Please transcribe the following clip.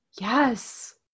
Yes